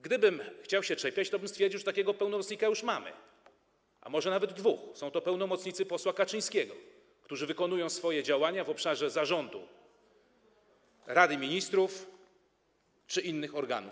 Gdybym chciał się czepiać, to bym stwierdził, że takiego pełnomocnika już mamy, a może nawet dwóch - są to pełnomocnicy posła Kaczyńskiego, którzy wykonują swoje działania w obszarze zarządu Rady Ministrów czy innych organów.